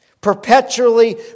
Perpetually